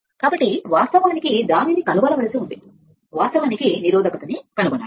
కాబట్టి వాస్తవానికి దానిని కనుగొనవలసి ఉంది వాస్తవానికి నిరోధకత అవసరమైనది